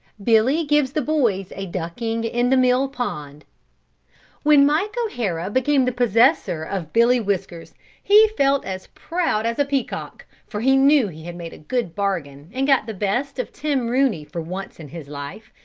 billy gives the boys a ducking in the mill pond when mike o'hara became the possessor of billy whiskers he felt as proud as a peacock, for he knew he had made a good bargain and got the best of tim rooney for once in his life,